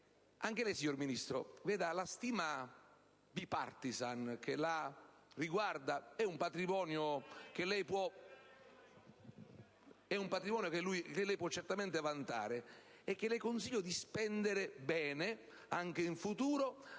di sé. Signor Ministro, la stima *bipartisan* che la riguarda è un patrimonio che lei può certamente vantare e che le consiglio di spendere bene anche in futuro